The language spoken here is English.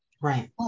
Right